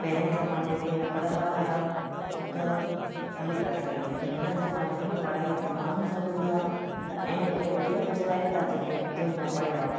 पहिरिएं ज़माने में न पढ़न्दा हुया त हली पिया सघन लेकिन हिन ज़माने में पढ़ाई तमामु ज़रुरी आहे एं उहे अॼु बि पछिताईन था जेके जिनि न पढ़ियो आहे पहिरियों